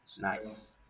nice